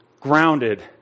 grounded